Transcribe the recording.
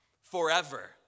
forever